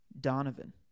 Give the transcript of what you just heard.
Donovan